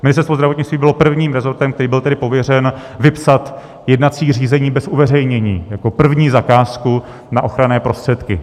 Ministerstvo zdravotnictví bylo prvním rezortem, který byl tedy pověřen vypsat jednací řízení bez uveřejnění jako první zakázku na ochranné prostředky.